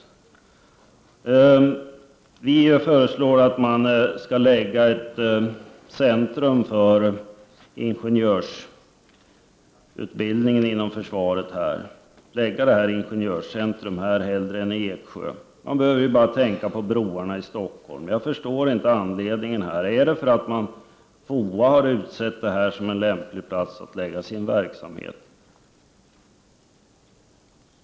Miljöpartiet föreslår att man skall förlägga ett centrum för ingenjörsutbildning inom försvaret till Strängnäs. Man bör hellre placera detta ingenjörscentrum i Strängnäs än i Eksjö. Man behöver bara tänka på broarna i Stockholm. Jag förstår inte anledningen till förslaget. Beror det på att FOA har utsett den här platsen som lämplig för förläggning av sin verksamhet?